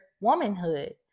womanhood